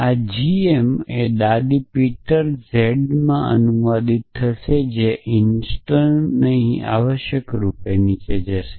આ gm એ Peter z ના દાદીમાં અનુવાદિત થશે જે ઇંટરનલ રીતે અહીં આવશ્યકરૂપે નીચે જશે